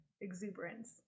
exuberance